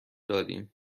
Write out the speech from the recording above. دادیم